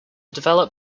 develop